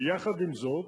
ויחד עם זאת,